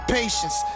patience